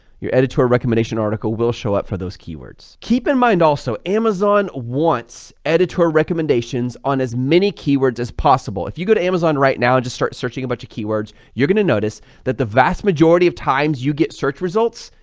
your editor recommendation article will show up for those keywords. keep in mind also, amazon wants editor recommendations on as many keywords as possible. if you go to amazon right now and just start searching a bunch of keywords, you're going to notice that the vast majority of times, you get search results,